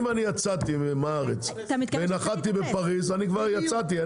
אם יצאתי מהארץ ונחתי בפריז, כבר יצאתי.